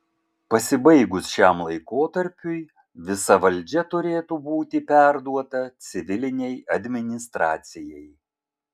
pasibaigus šiam laikotarpiui visa valdžia turėtų būti perduota civilinei administracijai